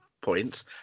points